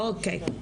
אוקי,